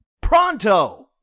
Pronto